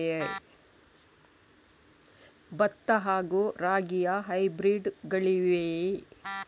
ಭತ್ತ ಹಾಗೂ ರಾಗಿಯ ಹೈಬ್ರಿಡ್ ಗಳಿವೆಯೇ?